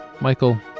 Michael